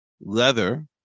Leather